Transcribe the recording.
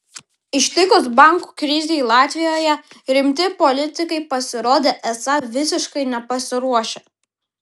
ištikus bankų krizei latvijoje rimti politikai pasirodė esą visiškai nepasiruošę